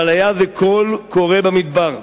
אבל היה זה קול קורא במדבר,